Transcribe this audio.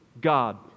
God